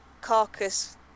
carcass